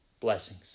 Blessings